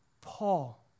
Paul